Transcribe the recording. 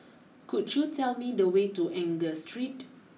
could you tell me the way to Enggor Street